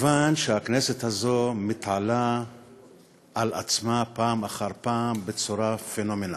מכיוון שהכנסת הזאת מתעלה על עצמה פעם אחר פעם בצורה פנומנלית.